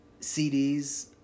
CDs